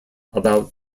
about